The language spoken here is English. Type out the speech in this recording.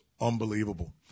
unbelievable